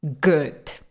good